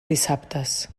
dissabtes